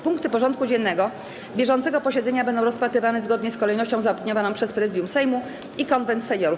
Punkty porządku dziennego bieżącego posiedzenia będą rozpatrywane zgodnie z kolejnością zaopiniowaną przez Prezydium Sejmu i Konwent Seniorów.